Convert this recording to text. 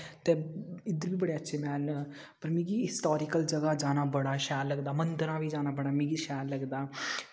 ते इद्धर बी बड़े अच्छे मैह्ल न पर मिगी हिस्टारिक्ल जगह् जाना बड़ा शैल लगदा मंदरां बी जाना मिगी बड़ा शैल लगदा